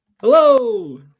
Hello